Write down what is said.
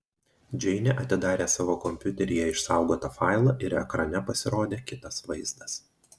džeinė atidarė savo kompiuteryje išsaugotą failą ir ekrane pasirodė kitas vaizdas